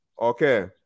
Okay